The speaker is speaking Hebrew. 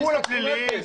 פליליים?